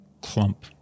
clump